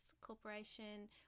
corporation